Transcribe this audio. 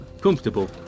Comfortable